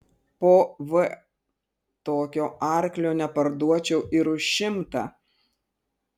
po v tokio arklio neparduočiau ir už šimtą